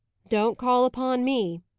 don't call upon me,